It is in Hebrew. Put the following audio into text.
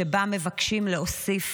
שבה מבקשים להוסיף